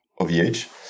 OVH